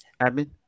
Admin